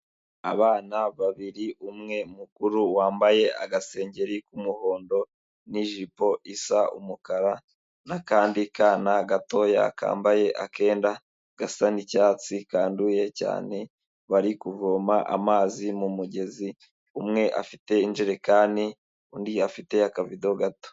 Abana babiri, umwe mukuru wambaye agasengeri k'umuhondo n'ijipo isa umukara, n'akandi kana gatoya kambaye akenda gasa n'icyatsi kanduye cyane bari kuvoma amazi mu mugezi, umwe afite ijerekani undi afite akavido gato.